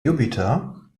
jupiter